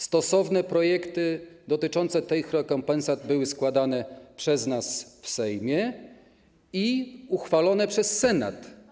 Stosowne projekty dotyczące tych rekompensat były składane przez nas w Sejmie i uchwalone przez Senat.